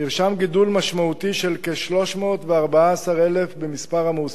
נרשם גידול משמעותי של כ-314,000 במספר המועסקים.